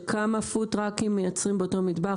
שכמה פוד-טראקים מייצרים באותו מטבח.